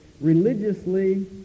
Religiously